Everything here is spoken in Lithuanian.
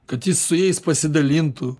kad jis su jais pasidalintų